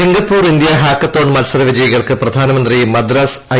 Singapore India hackathon മൽസര വിജയികൾക്ക് പ്രധാനമന്ത്രി മദ്രാസ് ഐ